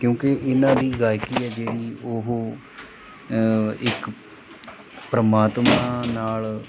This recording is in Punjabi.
ਕਿਉਂਕਿ ਇਹਨਾਂ ਦੀ ਗਾਇਕੀ ਹੈ ਜਿਹੜੀ ਉਹ ਇੱਕ ਪਰਮਾਤਮਾ ਨਾਲ